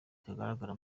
kagaragara